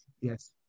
yes